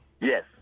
Yes